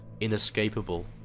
inescapable